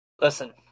Listen